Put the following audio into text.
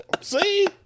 See